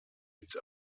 mit